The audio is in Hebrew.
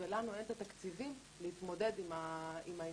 ולנו אין את התקציבים להתמודד עם העניין